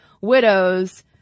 widows